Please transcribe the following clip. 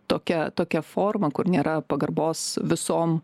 tokia tokia forma kur nėra pagarbos visom